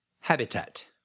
Habitat